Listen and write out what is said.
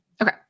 Okay